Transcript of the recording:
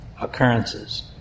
occurrences